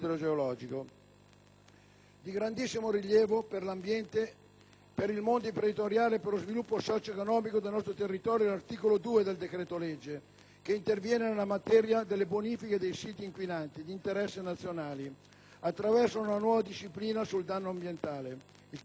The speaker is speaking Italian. Di grandissimo rilievo per l'ambiente, per il mondo imprenditoriale e per lo sviluppo socio-economico del nostro territorio è l'articolo 2 del decreto-legge, che interviene nella materia delle bonifiche dei siti inquinati di interesse nazionale (SIN), attraverso una nuova disciplina sul «danno ambientale». Il testo intende risolvere